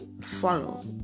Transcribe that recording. follow